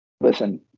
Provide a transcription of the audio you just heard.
Listen